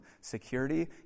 security